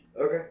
Okay